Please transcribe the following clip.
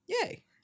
Yay